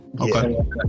Okay